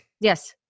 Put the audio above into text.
yes